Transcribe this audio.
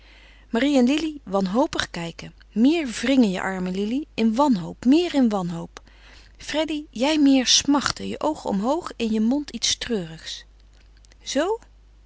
en lili wanhopig kijken meer wringen je armen lili in wanhoop meer in wanhoop freddy jij meer smachten je oogen omhoog in je mond iets treurigs zoo